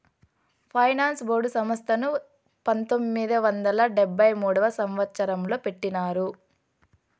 finance board సంస్థను పంతొమ్మిది వందల డెబ్భై మూడవ సంవచ్చరంలో పెట్టినారు